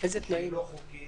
שהיא לא חוקית